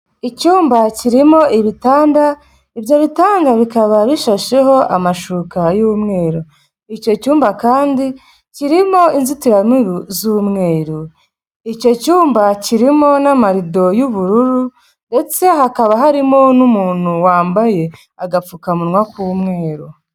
Icyumba kirimo ibitanda, ibyo bitanda bikaba bishasheho amashuka y'umweru, icyo cyumba kandi kirimo inzitiramibu z'umweru. Icyo cyumba kirimo n'amarido y'ubururu ndetse hakaba harimo n'umuntu wambaye agapfukamunwa k'umweru.